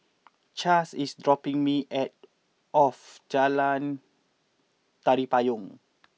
Chaz is dropping me at off Jalan Tari Payong